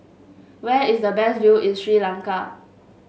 where is the best view in Sri Lanka